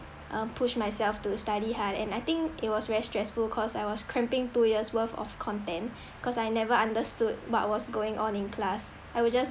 um push myself to study hard and I think it was very stressful cause I was cramping two years worth of content cause I never understood what was going on in class I would just